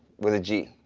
with a g.